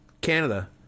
canada